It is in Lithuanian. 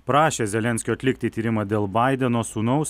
prašė zelenskio atlikti tyrimą dėl baideno sūnaus